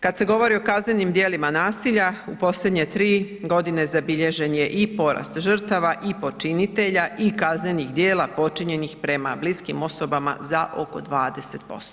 Kad se govori o kaznenim djelima nasilja u posljednje 3 godine zabilježen je i porast žrtava i počinitelja i kaznenih djela počinjenih prema bliskim osobama za oko 20%